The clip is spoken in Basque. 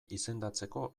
izendatzeko